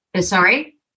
Sorry